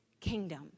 kingdom